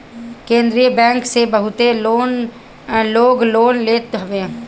केंद्रीय बैंक से बहुते लोग लोन लेत हवे